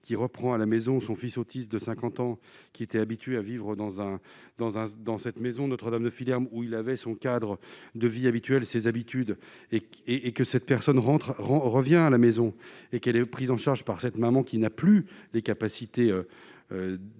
qui reprend à la maison, son fils autiste de 50 ans qui étaient habitués à vivre dans un dans un dans cette maison Notre-Dame de filières où il avait son cadre de vie habituel, ses habitudes et et que cette personne rentre rend revient à la maison et qu'elle est aux prise en charge par cette maman qui n'a plus les capacités d'énergie,